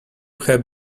have